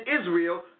Israel